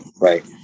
Right